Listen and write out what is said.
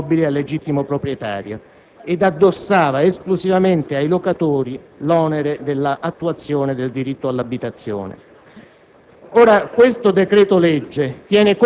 impediva, di fatto, la consegna dell'immobile al legittimo proprietario, addossando esclusivamente ai locatori l'onere dell'attuazione del diritto all'abitazione.